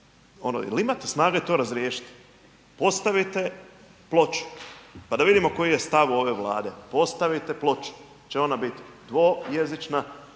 jel imate snage to razriješiti? Postavite ploču, pa da vidimo koji je stav ove Vlade, postavite ploču, dal' će ona bit dvojezična